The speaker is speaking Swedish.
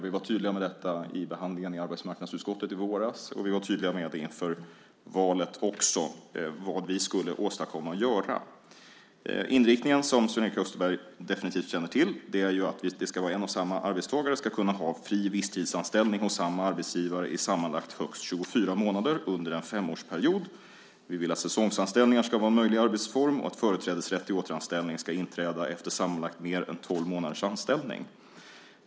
Vi var tydliga vid behandlingen i arbetsmarknadsutskottet i våras och vi var tydliga inför valet också med vad vi skulle åstadkomma och göra. Inriktningen är ju, som Sven-Erik Österberg definitivt känner till, att en och samma arbetstagare ska kunna ha fri visstidsanställning hos samma arbetsgivare i sammanlagt högst 24 månader under en femårsperiod. Vi vill att säsongsanställningar ska vara en möjlig arbetsform och att företrädesrätt till återanställning ska inträda efter sammanlagt mer än tolv månaders anställning.